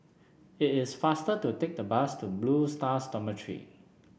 it is faster to take the bus to Blue Stars Dormitory